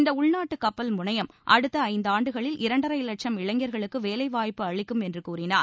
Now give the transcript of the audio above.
இந்த உள்நாட்டு கப்பல் முனையம் அடுத்த ஐந்தாண்டுகளில் இரண்டரை வட்சம் இளைஞர்களுக்கு வேலைவாய்ப்பு அளிக்கும் என்று கூறினார்